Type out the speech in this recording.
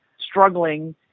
struggling